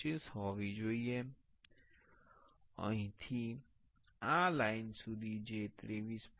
25 હોવી જોઈએ અહીંથી આ લાઇન સુધી જે 23